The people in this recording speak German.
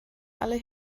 alle